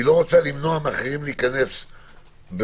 היא לא רוצה למנוע מאחרים להיכנס באותו